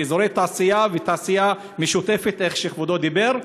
לאזורי תעשייה ותעשייה משותפת, איך שכבודו אמר,